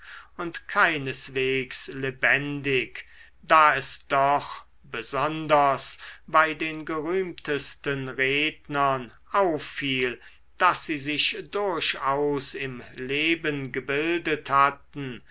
und keineswegs lebendig da es doch besonders bei den gerühmtesten rednern auffiel daß sie sich durchaus im leben gebildet hatten